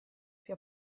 più